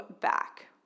back